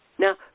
Now